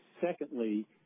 secondly